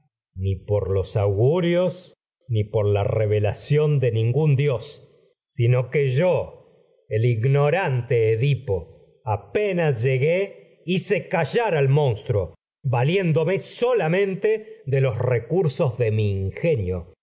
ni por los au gurios ni por revelación de ningún dios sino que yo el apenas ignorante edipo valiéndome sin hacer llegué hice callar al monstruo de los recursos solamente de mi ingenio